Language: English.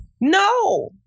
no